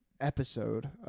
episode